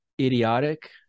idiotic